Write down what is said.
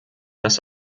das